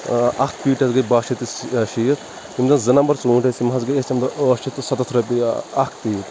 ٲں اَکھ پیٖٹۍ حظ گٔے باہ شیٚتھ تہٕ شِیٖتھ یِم زٕ نمبَر ژُونٛٹھۍ ٲسۍ تِم حظ گٔے اسہِ تمہِ دۄہ ٲٹھ شیٚتھ تہٕ ستتھ رُۄپیہِ اَکھ پیٖٹۍ